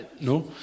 No